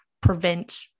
prevent